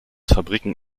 fabriken